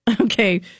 Okay